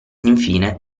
infine